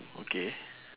okay